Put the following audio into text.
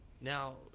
Now